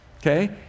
Okay